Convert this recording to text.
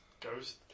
Ghost